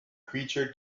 creature